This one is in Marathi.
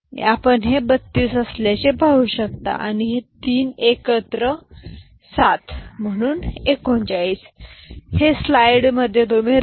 आणि आपण हे 32 असल्याचे पाहू शकता आणि हे 3 एकत्र 7 आपल्याला माहित आहेत म्हणून 39